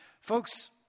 Folks